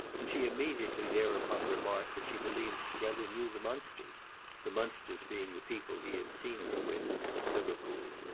and she immediately thereupon remarked that she believed strether knew the munsters the munsters being the people he had seen her with at liverpool.